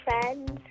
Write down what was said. friends